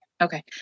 Okay